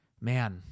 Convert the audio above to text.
man